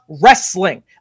wrestling